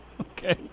Okay